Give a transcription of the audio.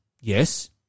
Yes